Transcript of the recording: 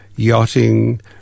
yachting